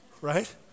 right